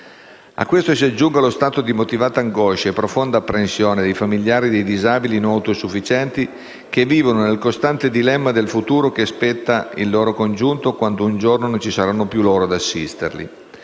A questo si aggiunga lo stato di motivata angoscia e profonda apprensione dei familiari dei disabili non autosufficienti, che vivono nel costante dilemma del futuro che aspetta il loro congiunto quando un giorno non ci saranno più loro ad assisterli.